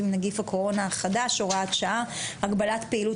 עם נגיף הקורונה החדש (הוראת שעה) (הגבלת פעילות